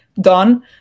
done